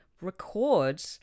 record